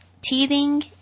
teething